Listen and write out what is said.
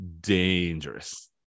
dangerous